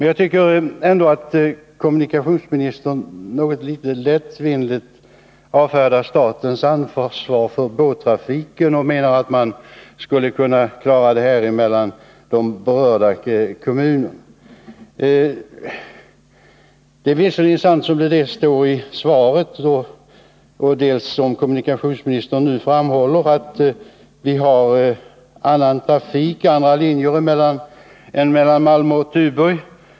Jag tycker att kommunikationsministern något lättvindigt avfärdar statens ansvar för båttrafiken när han menar att de berörda kommunerna skulle kunna klara av den saken. Det är visserligen sant, som det står i kommunikationsministerns svar och som han också här framhållit, att vi har andra båtlinjer än mellan Malmö och Tuborg.